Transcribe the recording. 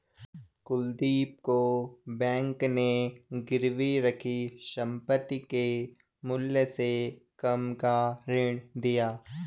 कुलदीप को बैंक ने गिरवी रखी संपत्ति के मूल्य से कम का ऋण दिया